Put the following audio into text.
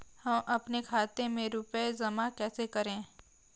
हम अपने खाते में रुपए जमा कैसे करें?